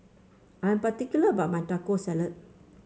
I am particular about my Taco Salad